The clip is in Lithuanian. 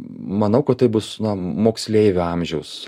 manau kad tai bus na moksleivio amžiaus